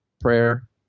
prayer